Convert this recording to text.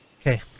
okay